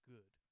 Good